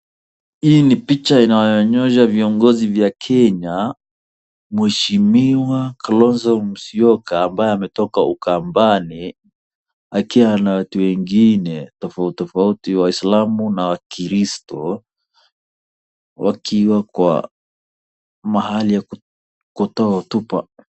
Viongozi wa Kenya mheshimiwa Kalonzo Musyoka ambaye ametoka ukambani, wakiwa na watu wengine tofauti tofauti waislamu na wakiristo wakiwa kwa mahali ya kutoa hotuba.